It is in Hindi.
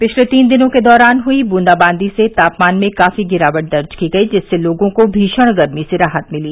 पिछले तीन दिनों के दौरान हुई बूंदाबांदी से तापमान में काफी गिरावट दर्ज की गयी जिससे लोगों को भीषण गर्मी से राहत मिली